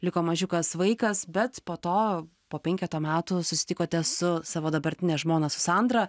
liko mažiukas vaikas bet po to po penketo metų susitikote su savo dabartine žmona su sandra